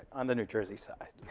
on the new jersey side.